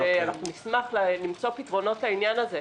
אנחנו נשמח למצוא פתרונות לעניין הזה.